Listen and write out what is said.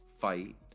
Fight